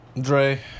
Dre